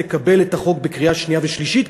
תקבל את החוק בקריאה שנייה ושלישית,